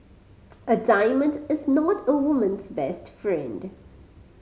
a diamond is not a woman's best friend